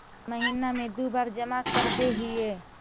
महिना मे दु बार जमा करदेहिय?